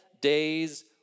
day's